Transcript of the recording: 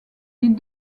les